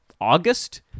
August